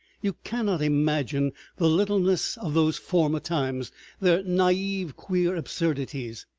you cannot imagine the littleness of those former times their naive, queer absurdities!